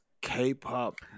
K-pop